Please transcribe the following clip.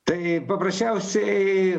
tai paprasčiausiai